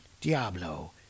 Diablo